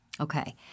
Okay